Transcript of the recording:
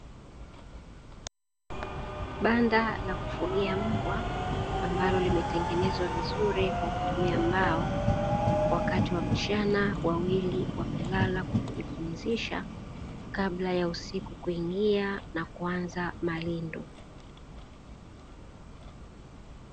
Banda la kufugia mbwa, ambalo limetengenezwa vizuri kwa kutumia mbao, wakati wa mchana wawili wamelala kwa kijipumzisha kabla ya usiku kuingia na kuanza malindo.